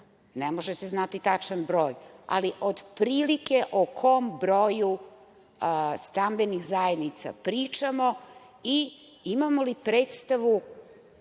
Ne može se znati tačan broj, ali otprilike o kom broju stambenih zajednica pričamo i imamo li predstavu